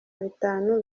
bitanu